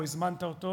או הזמנת אותו,